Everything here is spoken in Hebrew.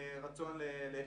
לרצון להיות אפקטיביים.